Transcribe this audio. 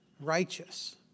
righteous